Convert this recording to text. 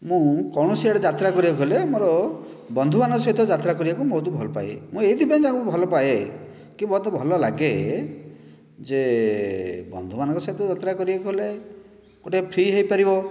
ମୁଁ କୌଣସି ଆଡ଼େ ଯାତ୍ରା କରିବାକୁ ଗଲେ ମୋର ବନ୍ଧୁମାନଙ୍କ ସହିତ ଯାତ୍ରା କରିବାକୁ ବହୁତ ଭଲ ପାଏ ମୁଁ ଏଥିପାଇଁ ତାକୁ ଭଲ ପାଏ କି ମୋତେ ଭଲ ଲାଗେ ଯେ ବନ୍ଧୁମାନଙ୍କ ସହିତ ଯାତ୍ରା କରିବାକୁ ଗଲେ ଗୋଟିଏ ଫ୍ରି ହୋଇପାରିବ